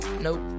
Nope